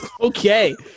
okay